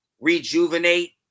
rejuvenate